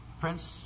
prince